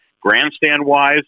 grandstand-wise